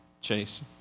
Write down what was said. chase